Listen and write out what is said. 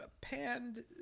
panned